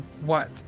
What